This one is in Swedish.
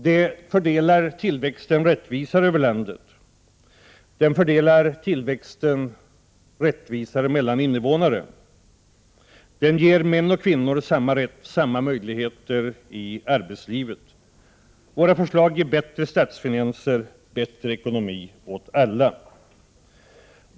De fördelar tillväxten rättvisare över landet och rättvisare mellan invånare. De ger män och kvinnor samma rätt och samma möjligheter i arbetslivet. Våra förslag ger bättre statsfinanser och bättre ekonomi åt alla.